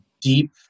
deep